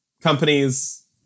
companies